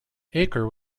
aker